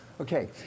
Okay